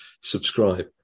subscribe